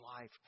life